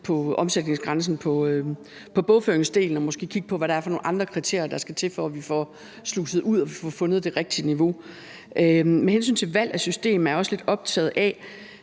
omsætningsgrænsen på bogføringsdelen og måske kigge på, hvad det er for nogle andre kriterier, der skal til, for at vi får sluset det ud og vi får fundet det rigtige niveau. Med hensyn til valg af system er jeg også lidt optaget af